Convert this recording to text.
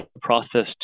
process